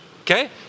okay